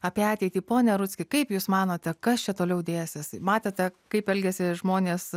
apie ateitį pone rudzkis kaip jūs manote kas čia toliau dėsis matėte kaip elgiasi žmonės